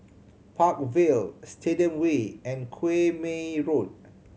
Park Vale Stadium Way and Quemoy Road